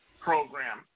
program